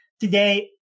today